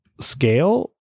scale